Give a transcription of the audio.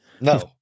No